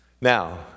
Now